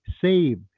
save